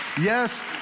yes